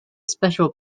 special